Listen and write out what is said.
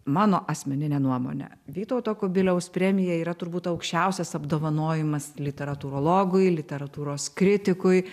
mano asmeninė nuomonė vytauto kubiliaus premija yra turbūt aukščiausias apdovanojimas literatūrologui literatūros kritikui